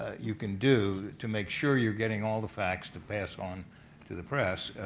you can do to make sure you're getting all the facts to pass on to the press,